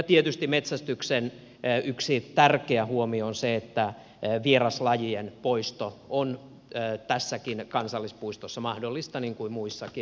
tietysti metsästyksestä yksi tärkeä huomio on se että vieraslajien poisto on tässäkin kansallispuistossa mahdollista niin kuin muissakin